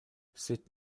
sept